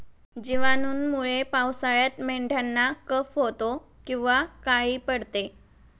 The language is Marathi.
जिवाणूंमुळे पावसाळ्यात मेंढ्यांना कफ होतो किंवा काळी पडते